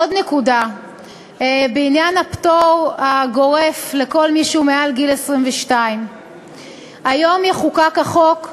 עוד נקודה בעניין הפטור הגורף לכל מי שהוא מעל גיל 22. היום יחוקק החוק,